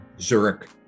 Zurich